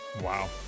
Wow